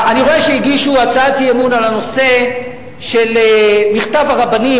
אני רואה שהגישו הצעת אי-אמון על הנושא של מכתב הרבנים,